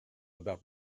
about